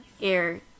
air